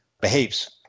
behaves